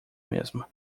mesmo